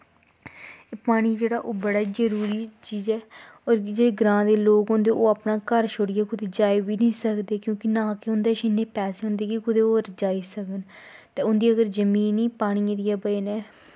पानी जेह्ड़ा ओह् बड़ा गै जरूरी चीज़ ऐ होर जेह्ड़ा ग्रांऽ दे लोक होंदे ओह् अपना घर छोड़ियै कुदै जाई बी निं सकदे क्योंकि ना कि उं'दे कश इन्ने पैसे होंदे कि कुदै जाई सकन ते उं'दी अगर जमीन ई पानियें दी बज़ह् कन्नै